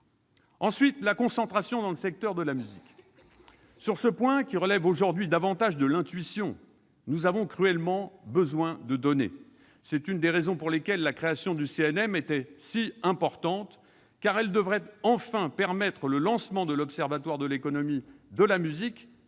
ensuite, la concentration dans le secteur de la musique. Sur ce point, qui relève aujourd'hui davantage de l'intuition, nous avons cruellement besoin de données. C'est l'une des raisons pour lesquelles la création du CNM était si importante, car elle devrait enfin permettre le lancement de l'observatoire de l'économie de la musique,